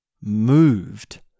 moved